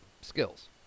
skills